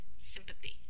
sympathy